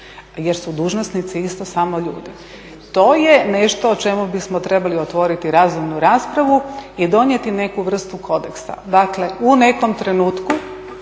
jer su dužnosnici isto samo ljudi. To je nešto o čemu bismo trebali otvoriti razumnu raspravu i donijeti neku vrstu kodeksa. Dakle, u nekom trenutku